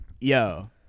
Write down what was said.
Yo